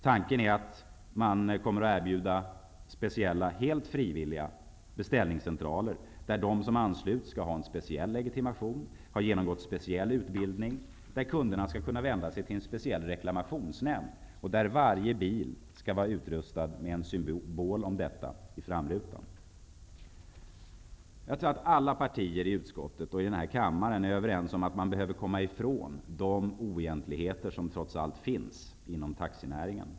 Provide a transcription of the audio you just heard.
Tanken är bl.a. att man kommer att erbjuda speciella, helt frivilliga, beställningscentraler där de som ansluts skall ha en speciell legitimation och ha genomgått speciell utbildning, och där kunderna skall kunna vända sig till en speciell reklamationsnämnd och där varje bil skall vara utrustad med en symbol om detta i framrutan. Jag tror att alla partier i utskottet och alla i denna kammare är överens om att man behöver komma ifrån de oegentligheter som trots allt finns inom taxinäringen.